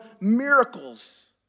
miracles